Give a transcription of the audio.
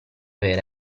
vera